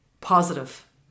positive